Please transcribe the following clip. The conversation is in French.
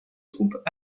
troupes